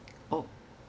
oh